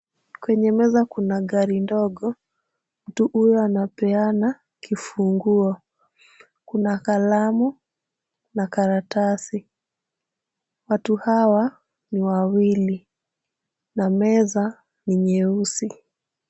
Kwenye meza kuna gari ndogo. Mtu huyo anapeana kifunguo. Kuna kalamu na karatasi. Watu hawa ni wawili na meza ni nyeusi.